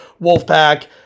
wolfpack